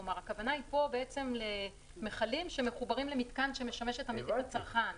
כלומר הכוונה פה היא למכלים שמחוברים למתקן שמשמש את הצרכן.